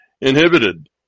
inhibited